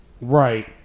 Right